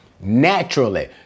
naturally